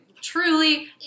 Truly